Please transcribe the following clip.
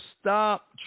stop